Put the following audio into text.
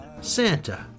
Santa